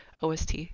OST